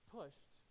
pushed